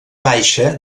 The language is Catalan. baixa